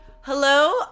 Hello